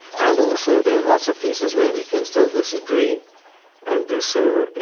and also, there are lots of places where we can still disagree and do so,